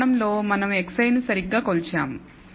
ఈ కోణంలో మనం xi ను సరిగ్గా కొలిచాము